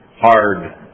hard